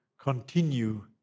continue